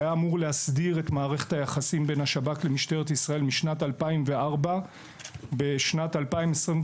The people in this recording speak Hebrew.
ושהיה אמור להסדיר את מערכת היחסים בין שב"כ למשטרת ישראל בשנת 2021,